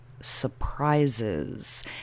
surprises